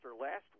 last